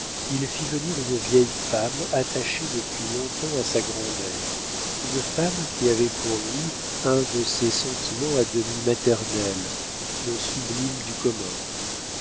il fit venir une vieille femme attachée depuis long-temps à sa grand'mère une femme qui avait pour lui un de ces sentiments à demi maternels le sublime du commun